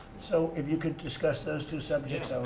so, if you could discuss those two subjects,